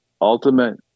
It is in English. ultimate